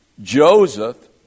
Joseph